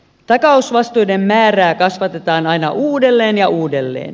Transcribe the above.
takausvastuiden määrää kasvatetaan aina uudelleen ja uudelleen